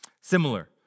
similar